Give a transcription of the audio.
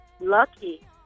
lucky